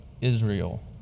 Israel